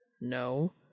No